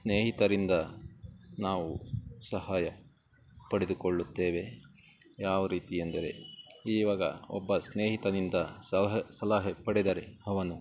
ಸ್ನೇಹಿತರಿಂದ ನಾವು ಸಹಾಯ ಪಡೆದುಕೊಳ್ಳುತ್ತೇವೆ ಯಾವ ರೀತಿ ಎಂದರೆ ಇವಾಗ ಒಬ್ಬ ಸ್ನೇಹಿತನಿಂದ ಸಲಹೆ ಪಡೆದರೆ ಅವನು